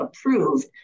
approved